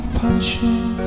punching